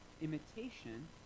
imitation